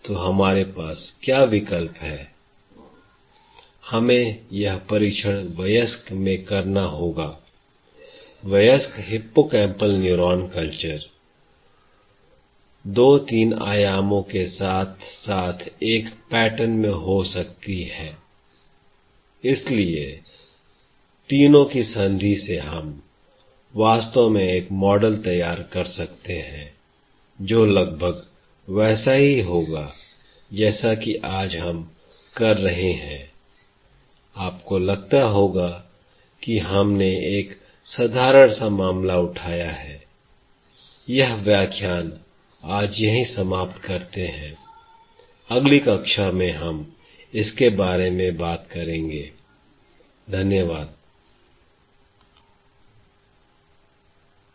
तो हमारे पास क्या विकल्प है I हमें यह परीक्षण व्यस्क में करना होगा I व्यस्त हिप्पोकैंपल न्यूरॉन कल्चर दी तीन आयामों के साथ साथ एक पैटर्न में हो सकती है I इसलिए तीनों की संधि से हम वास्तव में एक मॉडल तैयार कर सकते हैं जो लगभग वैसा ही होगा जैसा कि आज हम कर रहे हैं I आपको लगता होगा कि हमने एक साधारण सा मामला उठाया है I यह व्याख्यान आज यही समाप्त करते हैं अगली कक्षा में हम इसके बारे में बात करेंगे I धन्यवाद I